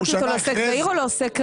העברנו אותו לעוסק זעיר או לעוסק רגיל?